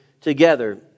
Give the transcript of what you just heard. together